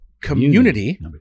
Community